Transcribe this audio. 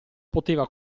poteva